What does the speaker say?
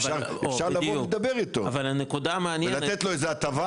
אפשר לבוא ולדבר אתו ולתת לו איזו הטבה,